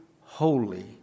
holy